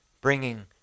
bringing